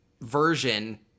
version